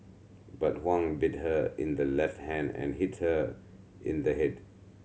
but Huang bit her in the left hand and hit her in the head